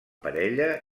parella